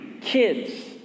kids